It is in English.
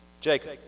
Jacob